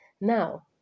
Now